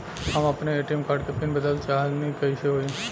हम आपन ATM card के पीन बदलल चाहऽ तनि कइसे होई?